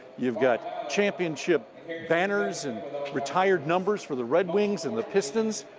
you've got championship banners and retired numbers for the red wings and the pistons.